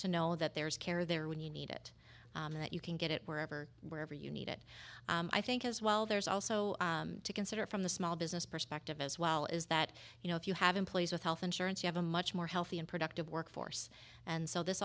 to know that there's care there when you need it that you can get it wherever wherever you need it i think as well there's also to consider from the small business perspective as well is that you know if you have employees with health insurance you have a much more healthy and productive workforce and so this